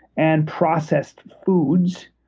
and processed foods.